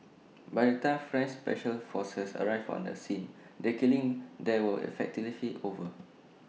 by the time French special forces arrived on the scene the killings there were effectively over